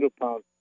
pounds